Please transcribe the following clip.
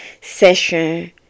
session